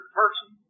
person